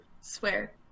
Swear